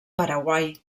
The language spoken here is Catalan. paraguai